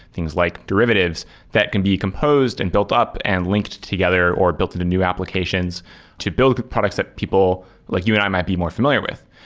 things like derivatives that can be decomposed and built up and linked together or built into new applications to build products that people like you and i might be more familiar with.